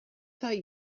thought